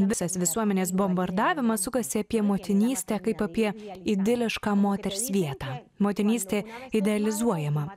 visas visuomenės bombardavimas sukasi apie motinystę kaip apie idilišką moters vietą motinystė idealizuojama